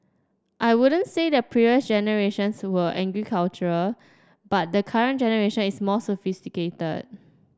I wouldn't say the previous generations were agricultural but the current generation is more sophisticated